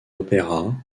opéra